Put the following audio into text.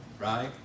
right